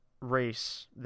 race